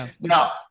now